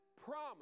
promise